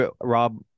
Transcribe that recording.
Rob